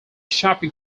shopping